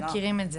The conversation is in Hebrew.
מכירים את זה.